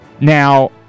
Now